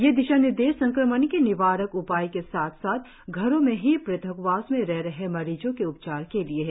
यह दिशा निर्देश संक्रमण के निवारक उपाय के साथ साथ घरों में ही पृथकवास में रह रहे मरीज़ों के उपचार के लिए हैं